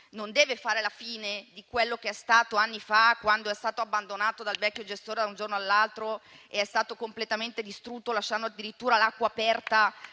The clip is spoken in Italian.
non dovrà fare la fine di quello che è stato abbandonato anni fa dal vecchio gestore da un giorno all'altro ed è stato completamente distrutto, lasciando addirittura l'acqua aperta